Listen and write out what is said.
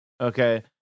Okay